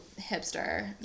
hipster